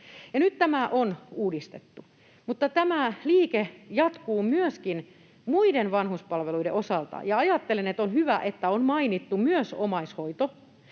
Nyt tämä on uudistettu. Mutta tämä liike jatkuu myöskin muiden vanhuspalveluiden osalta, ja ajattelen, että on hyvä, että on mainittu myös omaishoito.